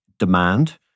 demand